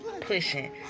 pushing